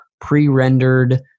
pre-rendered